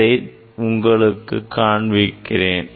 அதை உங்களுக்கு காண்பிக்கிறேன்